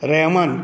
Rehman